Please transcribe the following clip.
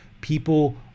people